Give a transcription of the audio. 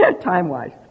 time-wise